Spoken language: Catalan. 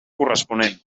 corresponent